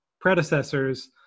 predecessors